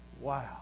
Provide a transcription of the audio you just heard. Wow